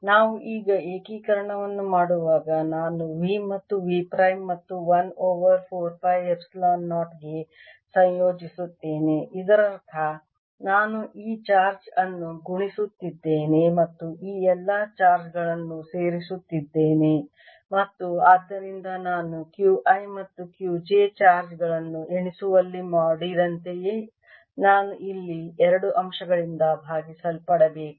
ನಾವು ಈ ಏಕೀಕರಣವನ್ನು ಮಾಡುವಾಗ ನಾನು v ಮತ್ತು v ಪ್ರೈಮ್ ಮತ್ತು 1 ಓವರ್ 4 ಪೈ ಎಪ್ಸಿಲಾನ್ 0 ಗೆ ಸಂಯೋಜಿಸುತ್ತೇನೆ ಇದರರ್ಥ ನಾನು ಈ ಚಾರ್ಜ್ ಅನ್ನು ಗುಣಿಸುತ್ತಿದ್ದೇನೆ ಮತ್ತು ಈ ಎಲ್ಲಾ ಚಾರ್ಜ್ ಗಳನ್ನು ಸೇರಿಸುತ್ತಿದ್ದೇನೆ ಮತ್ತು ಆದ್ದರಿಂದ ನಾನು Q i ಮತ್ತು Q j ಚಾರ್ಜ್ ಗಳನ್ನು ಎಣಿಸುವಲ್ಲಿ ಮಾಡಿದಂತೆಯೇ ನಾನು ಇಲ್ಲಿ ಎರಡು ಅಂಶಗಳಿಂದ ಭಾಗಿಸಲ್ಪಡಬೇಕು